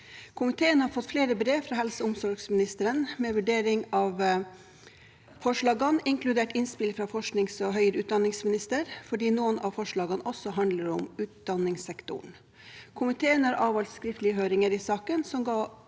Komiteen har fått flere brev fra helse- og omsorgsministeren med vurdering av forslagene, inkludert innspill fra forsknings- og høyere utdanningsministeren fordi noen av forslagene også handler om utdanningssektoren. Komiteen har avholdt skriftlige høringer i saken,